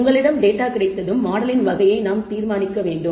உங்களிடம் டேட்டா கிடைத்ததும் மாடலின் வகையை நாம் தீர்மானிக்க வேண்டும்